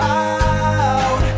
out